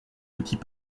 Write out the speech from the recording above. outils